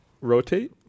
rotate